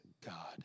God